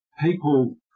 People